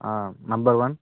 ah number one